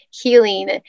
healing